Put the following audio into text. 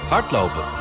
Hardlopen